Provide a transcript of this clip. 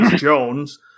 Jones